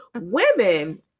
women